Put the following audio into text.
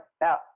Now